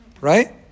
Right